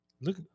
Look